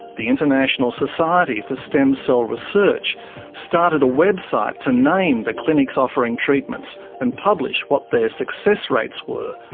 the international society for stem cell research started a website to name the clinics offering treatments and published what their success rates were,